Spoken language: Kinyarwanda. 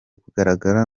kugaragara